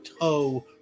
toe